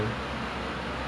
oh dah itu jer